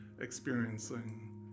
experiencing